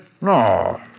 No